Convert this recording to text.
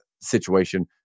situation